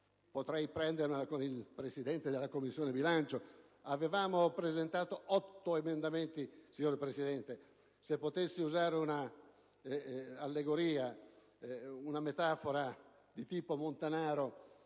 Potrei prendermela con il Presidente della Commissione bilancio. Avevamo presentato otto emendamenti, signora Presidente. Se potessi usare un'allegoria, una metafora di tipo montanaro,